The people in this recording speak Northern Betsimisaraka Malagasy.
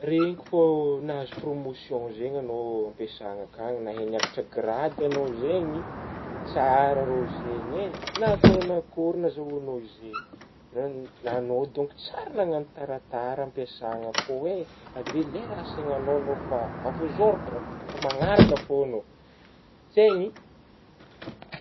Regniko fô nahazo promotion zegny agnao ampiasagna akagny, nahay niagatra girady agnao zegny, tsara rô zegny eh, nataognao nankory nahazoagnao zegny nan-nanao donc tsary nagnagno taratara ampiasagna ko eh, avy eo le raha fa a vous ôrdra fa magnaraka fô agnao, zegny.